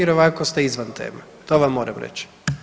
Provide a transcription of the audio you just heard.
Jer ovako ste izvan teme, to vam moram reći.